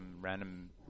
random